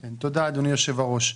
תודה, אדוני יושב הראש.